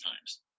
times